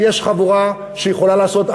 ויש חבורה שיכולה לעשות,